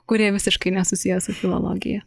kurie visiškai nesusiję su filologija